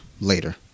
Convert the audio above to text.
later